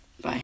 Bye